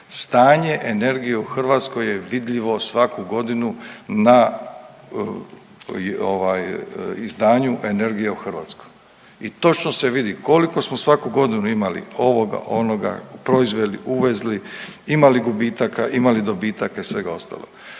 Stanje energije u Hrvatskoj je vidljivo svaku godinu na ovaj izdanju Energija u Hrvatskoj. I točno se vidi koliko smo svaku godinu imali ovoga, onoga, proizveli, uvezli, ima li gubitaka, ima li dobitaka i svega ostaloga.